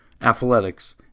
athletics